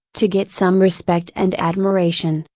to get some respect and admiration,